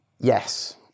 yes